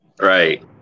Right